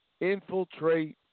infiltrate